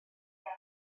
gael